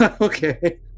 Okay